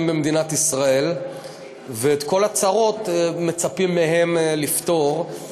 במדינת ישראל ואת כל הצרות מצפים מהם לפתור.